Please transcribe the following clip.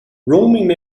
roaming